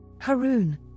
Harun